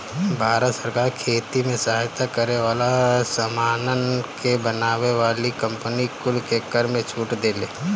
भारत सरकार खेती में सहायता करे वाला सामानन के बनावे वाली कंपनी कुल के कर में छूट देले